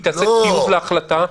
היא תעשה טיוב להחלטה,